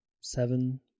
seven